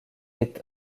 est